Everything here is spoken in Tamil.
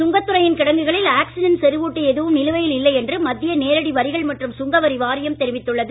சுங்கத்துறையின் கிடங்குகளில் ஆக்சிஜன் செறியூட்டி எதுவும் நிலுவையில் இல்லை என்று மத்திய நேரடி வரிகள் மற்றும் சுங்க வரி வாரியம் தெரிவித்துள்ளது